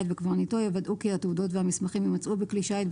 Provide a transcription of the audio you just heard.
וקברניטו יוודאו כי התעודות והמסמכים יימצאו בכלי שיט,